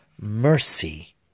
mercy